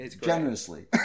generously